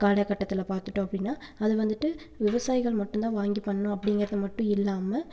காலகட்டத்தில் பார்த்துடோம் அப்படின்னா அது வந்துட்டு விவசாயிகள் மட்டும் தான் வாங்கி பண்ணனும் அப்படிங்குறது மட்டும் இல்லாமல்